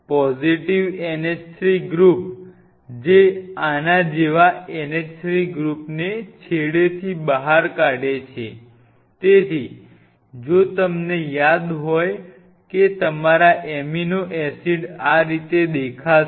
positive NH3 group જે આના જેવા NH3 ગ્રુપ ને છેડેથી બહાર કાઢી રહ્યા છે